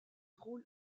rôles